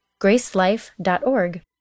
gracelife.org